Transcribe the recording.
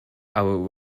our